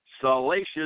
salacious